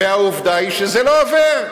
והעובדה היא שזה לא עובר.